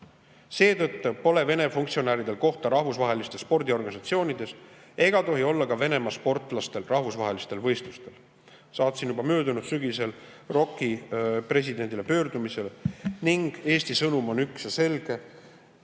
Seetõttu pole Vene funktsionääridel kohta rahvusvahelistes spordiorganisatsioonides ega tohi olla ka Venemaa sportlastel rahvusvahelistel võistlustel. Saatsin juba möödunud sügisel ROK‑i presidendile pöördumise, milles Eesti sõnum on üks ja selge: